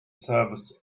service